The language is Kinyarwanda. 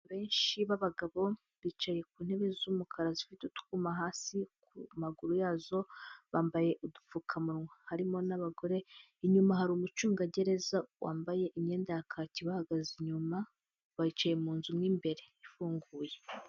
Benshi b'abagabo bicaye ku ntebe z'umukara zifite utwuma hasi ku maguru yazo bambaye udupfukamunwa harimo n'abagore, inyuma hari umucungagereza wambaye imyenda ya kaki ubahagaze inyuma, bicaye mu nzu imwe imbere ifunguye.